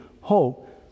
hope